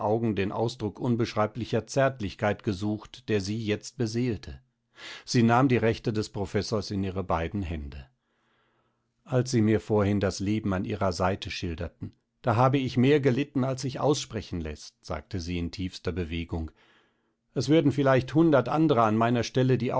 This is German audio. den ausdruck unbeschreiblicher zärtlichkeit gesucht der sie jetzt beseelte sie nahm die rechte des professors in ihre beiden hände als sie mir vorhin das leben an ihrer seite schilderten da habe ich mehr gelitten als sich aussprechen läßt sagte sie in tiefster bewegung es würden vielleicht hundert andere an meiner stelle die